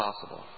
possible